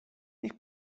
niech